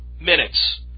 minutes